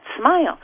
smile